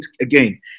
again